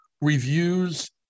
reviews